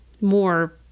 more